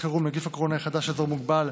חירום (נגיף הקורונה החדש) (אזור מוגבל),